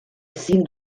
ezin